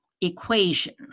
equation